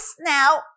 now